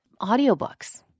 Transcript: audiobooks